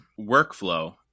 workflow